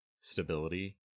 stability